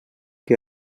que